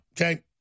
okay